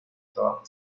trabajo